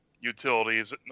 utilities